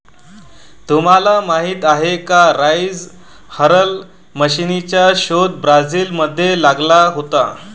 तुम्हाला माहीत आहे का राइस हलर मशीनचा शोध ब्राझील मध्ये लागला होता